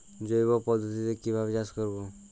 জৈব পদ্ধতিতে কিভাবে চাষ করব?